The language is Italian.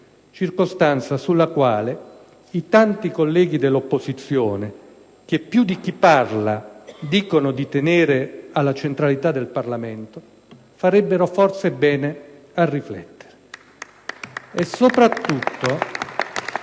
(circostanza sulla quale i tanti colleghi dell'opposizione, che più di chi parla dicono di tenere alla centralità del Parlamento, farebbero forse bene a riflettere). *(Applausi